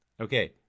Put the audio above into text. Okay